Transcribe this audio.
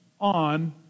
on